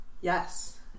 Yes